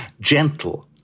gentle